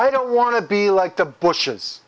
i don't want to be like the bushes